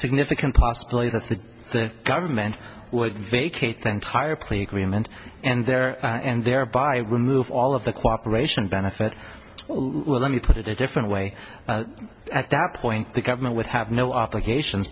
significant possibility that the government would vacate the entire plea agreement and there and thereby remove all of the cooperation benefit let me put it a different way at that point the government would have no obligation